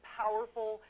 powerful